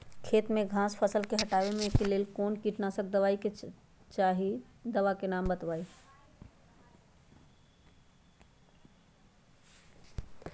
खेत में घास के फसल से हटावे के लेल कौन किटनाशक दवाई चाहि दवा का नाम बताआई?